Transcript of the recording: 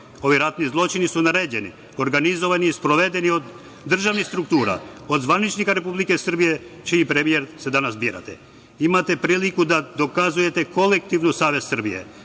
Ovi ratni zločini su naređeni, organizovani i sprovedeni od državnih struktura, od zvaničnika Republike Srbije čiji premijer se danas bira ovde. Imate priliku da dokazujete kolektivnu savest Srbije,